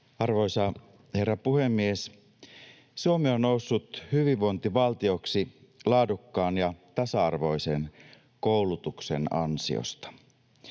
Arvoisa herra puhemies! Suomi on noussut hyvinvointivaltioksi laadukkaan ja tasa-arvoisen koulutuksen ansiosta.